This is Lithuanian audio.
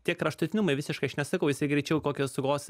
tie kraštutinumai visiškai aš nesakau jisai greičiau kokį sugalvos